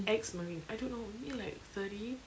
ex marine I don't know maybe like thirty